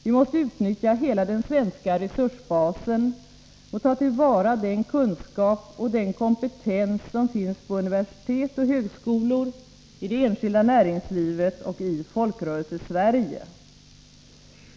Vi måste utnyttja hela den svenska resursbasen och ta till vara den kunskap och den kompetens som finns på universitet och högskolor, i det enskilda näringslivet och i Folkrörelsesverige.